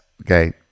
okay